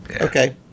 Okay